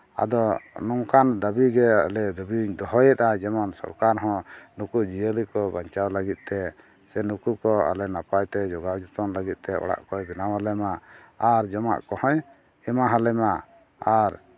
ᱟᱫᱚ ᱱᱚᱝᱠᱟᱱ ᱫᱟᱹᱵᱤ ᱜᱮ ᱟᱞᱮ ᱫᱟᱹᱵᱤ ᱞᱮ ᱫᱚᱦᱚᱭᱮᱫᱼᱟ ᱡᱮᱢᱚᱱ ᱥᱚᱨᱠᱟᱨ ᱦᱚᱸ ᱱᱩᱠᱩ ᱡᱤᱭᱟᱹᱞᱤ ᱠᱚ ᱵᱟᱧᱪᱟᱣ ᱞᱟᱹᱜᱤᱫ ᱛᱮ ᱥᱮ ᱱᱩᱠᱩ ᱠᱚ ᱟᱞᱮ ᱱᱟᱯᱟᱭ ᱛᱮ ᱡᱚᱜᱟᱣ ᱡᱚᱛᱚᱱ ᱞᱟᱹᱜᱤᱫ ᱛᱮ ᱚᱲᱟᱜ ᱠᱚᱭ ᱵᱮᱱᱟᱣ ᱟᱞᱮ ᱢᱟ ᱟᱨ ᱡᱚᱢᱟᱜ ᱠᱚᱦᱚᱸᱭ ᱮᱢᱟᱣᱟᱞᱮ ᱢᱟ ᱟᱨ